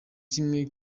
kimwe